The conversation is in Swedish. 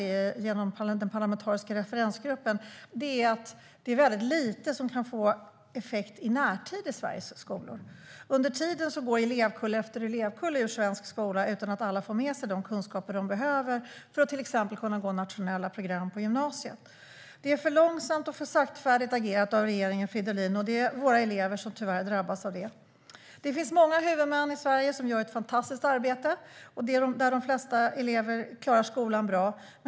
Det som är olyckligt med det arbetet är att det är lite som kan få effekt i närtid i Sveriges skolor. Under tiden går elevkull efter elevkull ur svensk skola utan att alla får med sig de kunskaper de behöver för att till exempel kunna gå nationella program på gymnasiet. Det är för långsamt och för saktfärdigt agerat av regeringen Fridolin, och det är våra elever som tyvärr drabbas. Det finns många huvudmän i Sverige som gör ett fantastiskt arbete och där de flesta elever klarar skolan bra.